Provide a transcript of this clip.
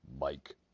Mike